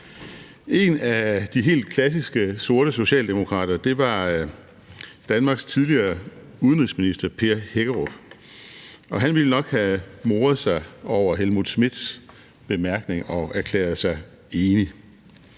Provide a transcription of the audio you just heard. En af de helt klassiske sorte socialdemokrater var Danmarks tidligere udenrigsminister Per Hækkerup. Han ville nok have moret sig over Helmut Schmidts bemærkning og erklæret sig enig.